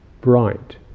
bright